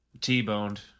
T-boned